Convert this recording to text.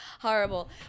Horrible